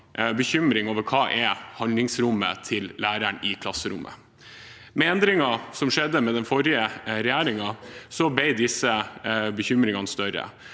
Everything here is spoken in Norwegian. bekymring over hva som er handlingsrommet til læreren i klasserommet. Med endringen som skjedde under den forrige regjeringen, ble disse bekym ringene større.